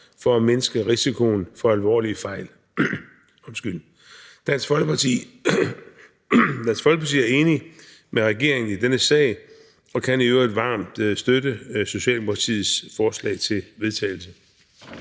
for at mindske risikoen for alvorlige fejl. Dansk Folkeparti er enig med regeringen i denne sag og kan i øvrigt varmt støtte Socialdemokratiets forslag til vedtagelse.